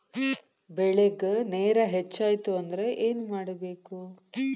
ಬೆಳೇಗ್ ನೇರ ಹೆಚ್ಚಾಯ್ತು ಅಂದ್ರೆ ಏನು ಮಾಡಬೇಕು?